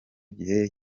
gihe